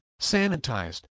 sanitized